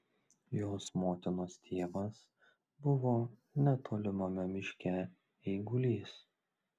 jos motinos tėvas buvo netolimame miške eigulys